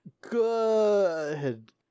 good